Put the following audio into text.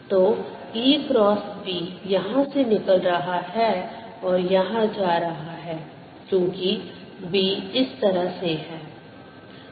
तो E cross B यहां से निकल रहा है और यहां जा रहा है क्योंकि B इस तरह से है